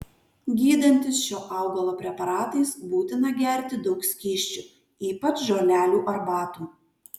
gydantis šio augalo preparatais būtina gerti daug skysčių ypač žolelių arbatų